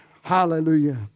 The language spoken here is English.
Hallelujah